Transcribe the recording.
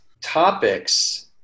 topics